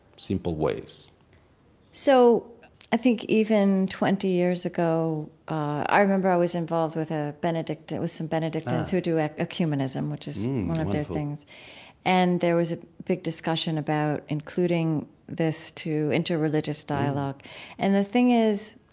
simple ways so i think even twenty years ago, i remember i was involved with a benedict with some benedictines who do ecunemism, which is one of their things wonderful and there was a big discussion about including this to interreligious dialogue and the thing is,